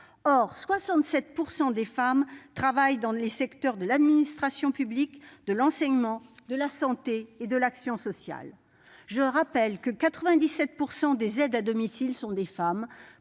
Or 67 % des femmes travaillent dans les secteurs de l'administration publique, de l'enseignement, de la santé et de l'action sociale. Je rappelle que 97 % des aides à domicile sont des femmes,